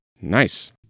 Nice